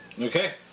Okay